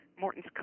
Morton's